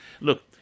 Look